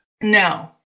No